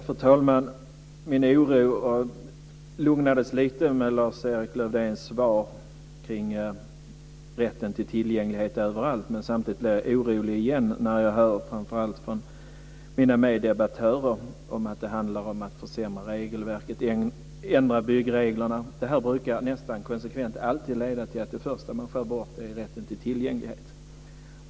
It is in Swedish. Fru talman! Min oro lugnades lite i och med Lars Erik Lövdéns svar omkring rätten till tillgänglighet överallt. Samtidigt blir jag orolig igen när jag hör från framför allt mina meddebattörer att det handlar om att försämra regelverket och ändra byggreglerna. Det brukar nästan konsekvent leda till att det första man skär bort är rätten till tillgänglighet.